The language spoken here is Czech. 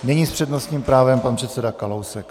Nyní s přednostním právem pan předseda Kalousek.